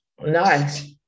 nice